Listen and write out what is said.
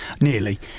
Nearly